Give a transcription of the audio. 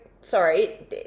sorry